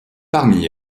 parmi